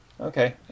Okay